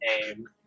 name